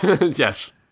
Yes